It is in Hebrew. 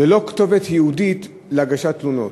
ללא כתובת ייעודית להגשת תלונות.